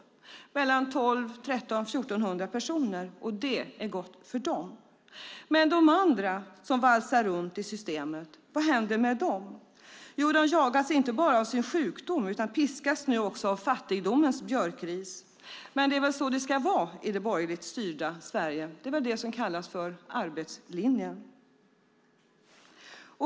Det är mellan 1 200 och 1 400 personer, och det är gott för dem. Men de andra som valsar runt i systemet, vad händer med dem? Jo, de inte bara jagas av sin sjukdom utan piskas nu också av fattigdomens björkris. Men det är väl så det ska vara i det borgerligt styrda Sverige. Det är väl det som kallas arbetslinjen.